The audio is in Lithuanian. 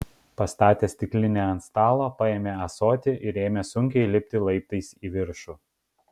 pastatęs stiklinę ant stalo paėmė ąsotį ir ėmė sunkiai lipti laiptais į viršų